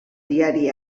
diari